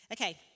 Okay